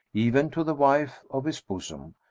even to the wife of his bosom,